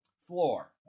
floor